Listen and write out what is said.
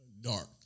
dark